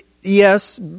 Yes